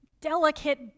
delicate